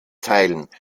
teilen